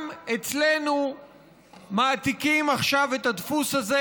גם אצלנו מעתיקים עכשיו את הדפוס הזה